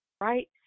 Right